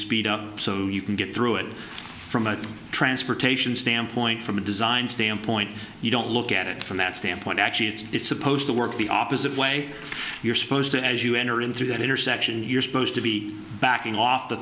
speed up so you can get through it from a transportation standpoint from a design standpoint you don't look at it from that standpoint actually it's supposed to work the opposite way you're supposed to as you enter in through that intersection you're supposed to be backing off the